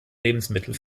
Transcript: lebensmittel